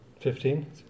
Fifteen